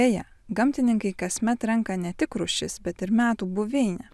beje gamtininkai kasmet renka ne tik rūšis bet ir metų buveinę